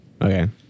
Okay